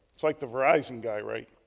it's like the verizon guy, right?